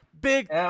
big